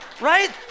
Right